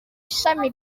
ishami